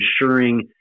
ensuring